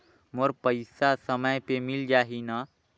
मोर पइसा समय पे मिल जाही न?